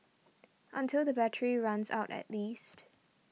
until the battery runs out at least